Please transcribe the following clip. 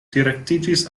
direktiĝis